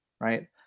right